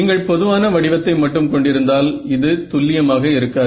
நீங்கள் பொதுவான வடிவத்தை மட்டும் கொண்டிருந்தால் இது துல்லியமாக இருக்காது